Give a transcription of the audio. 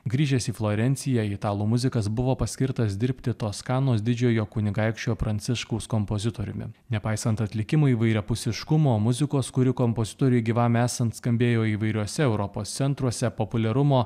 grįžęs į florenciją italų muzikas buvo paskirtas dirbti toskanos didžiojo kunigaikščio pranciškaus kompozitoriumi nepaisant atlikimų įvairiapusiškumo muzikos kuri kompozitoriui gyvam esant skambėjo įvairiuose europos centruose populiarumo